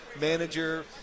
manager